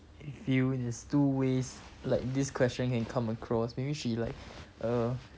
I feel it's two ways like this question can come across maybe she like err